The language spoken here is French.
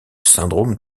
syndrome